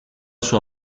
suo